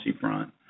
front